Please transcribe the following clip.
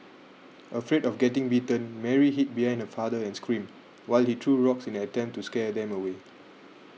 afraid of getting bitten Mary hid behind her father and screamed while he threw rocks in an attempt to scare them away